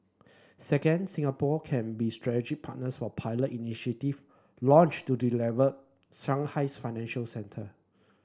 second Singapore can be strategic partner for pilot initiative launched to develop Shanghai's financial centre